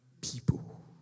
people